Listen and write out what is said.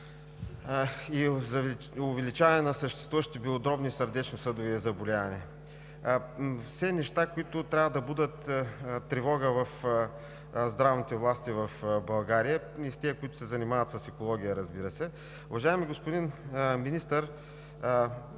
и увеличаване на съществуващите белодробни и сърдечно-съдови заболявания. Това са неща, които трябва да будят тревога у здравните власти в България, и у тези, които се занимават с екология, разбира се. Уважаеми господин Министър,